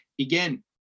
Again